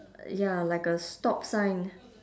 ya like a stop sign